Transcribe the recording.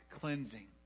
cleansing